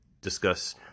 discuss